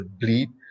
bleed